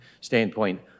standpoint